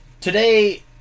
Today